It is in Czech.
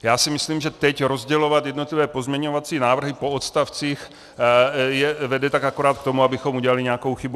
Já si myslím, že rozdělovat teď jednotlivé pozměňovací návrhy po odstavcích vede tak akorát k tomu, abychom udělali nějakou chybu.